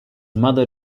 mother